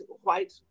white